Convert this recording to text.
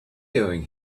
doing